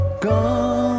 gone